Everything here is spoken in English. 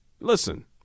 Listen